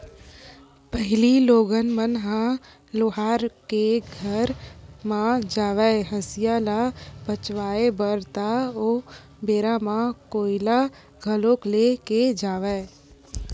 पहिली लोगन मन ह लोहार के घर म जावय हँसिया ल पचवाए बर ता ओ बेरा म कोइला घलोक ले के जावय